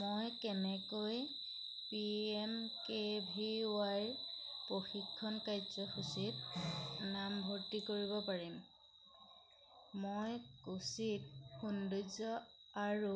মই কেনেকৈ P M K V Y ৰ প্ৰশিক্ষণ কাৰ্যসূচীত নামভৰ্তি কৰিব পাৰিম মই কোচিত সৌন্দৰ্য্য আৰু